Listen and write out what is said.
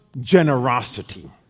generosity